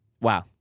Wow